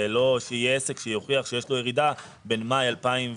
ולא שיהיה עסק שיוכיח שיש לו ירידה בין מאי 2022